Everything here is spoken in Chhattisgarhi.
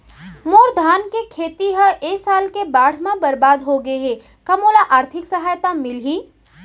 मोर धान के खेती ह ए साल के बाढ़ म बरबाद हो गे हे का मोला आर्थिक सहायता मिलही?